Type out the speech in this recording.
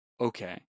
okay